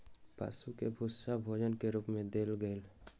पशु के भूस्सा भोजन के रूप मे देल गेल